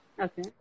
Okay